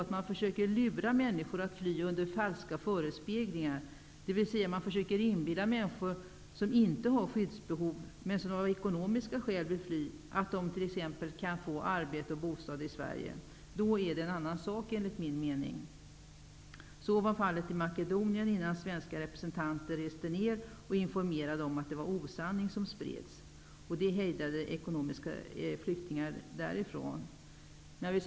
Om de försö ker lura människor att fly under falska förespeg lingar, dvs. om de inbillar människor som inte har skyddsbehov utan som vill fly av ekonomiska skäl att de kan få arbete och bostad i Sverige -- då är det enligt min mening en annan sak. Så var fallet i Makedonien innan svenska representanter reste ner och informerade om att det var osanning som spreds. Det hejdade ekonomiska flyktingar från att ta sig till Sverige.